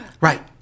Right